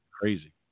crazy